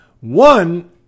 one